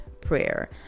prayer